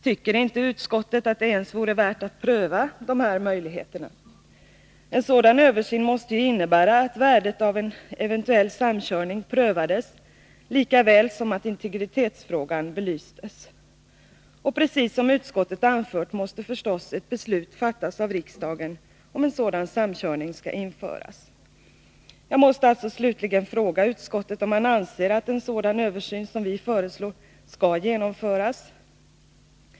Tycker inte utskottet att det ens vore värt att pröva dessa möjligheter? En sådan översyn måste ju innebära att värdet av eventuell samkörning prövades lika väl som att integritetsfrågan belystes. Och precis som utskottet anfört måste förstås ett beslut fattas av riksdagen om en sådan samkörning skall införas. Jag måste alltså slutligen ställa frågan: Anser utskottet att en sådan översyn som vi föreslår skall genomföras?